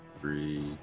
three